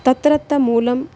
तत्रत्य तूलम्